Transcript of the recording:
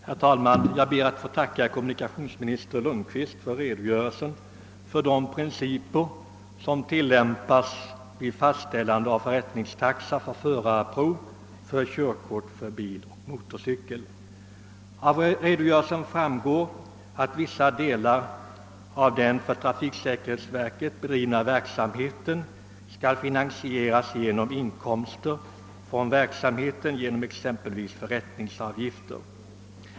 Herr talman! Jag ber att få tacka kommunikationsminister Lundkvist för redogörelsen för de principer som tilllämpas vid fastställande av förrättningstaxa för förarprov för körkort för bil eller motorcykel. Av redogörelsen framgår att vissa delar av den av trafiksäkerhetsverket bedrivna verksamheten skall finansieras genom inkomster från denna, t.ex. förrättningsavgifter.